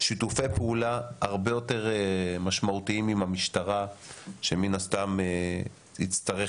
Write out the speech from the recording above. שיתופי פעולה הרבה יותר משמעותיים עם המשטרה שמן הסתם יצטרך